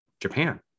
Japan